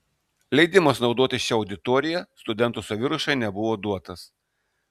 leidimas naudotis šia auditorija studentų saviruošai nebuvo duotas